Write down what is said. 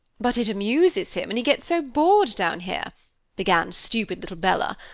but it amuses him, and he gets so bored down here began stupid little bella.